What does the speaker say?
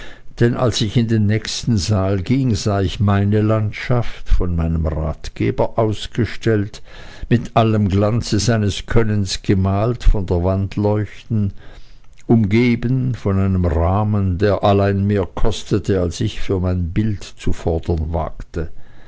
denn als ich in den nächsten saal ging sah ich meine landschaft von meinem ratgeber ausgestellt mit allem glanze seines könnens gemalt von der wand leuchten umgeben von einem rahmen der allein mehr kostete als ich für mein bild zu fordern wagte